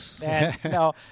No